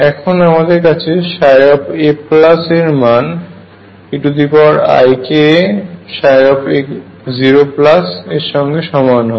এখন আমাদের কাছে ψ a এর মান eikaψ0 এর সঙ্গে সমান হয়